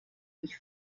mich